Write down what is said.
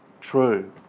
true